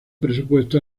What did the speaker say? presupuesto